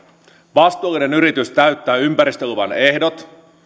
vastuullinen yritys täyttää ympäristöluvan ehdot